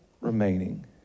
remaining